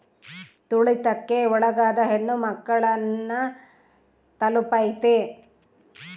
ತುಳಿತಕ್ಕೆ ಒಳಗಾದ ಹೆಣ್ಮಕ್ಳು ನ ತಲುಪೈತಿ